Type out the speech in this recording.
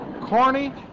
corny